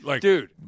Dude